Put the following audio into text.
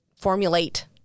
formulate